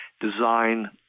design